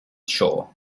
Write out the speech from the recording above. sure